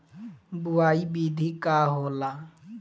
बुआई विधि का होला?